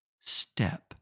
step